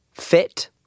Fit